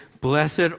blessed